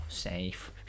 Safe